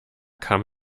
kam